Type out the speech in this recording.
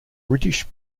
british